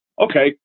Okay